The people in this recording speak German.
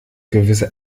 gewisse